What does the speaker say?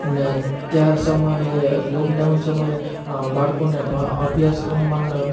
અને ત્યાર સમયે લોકડાઉન સમયે બાળકોને અભ્યાસક્રમમાં અને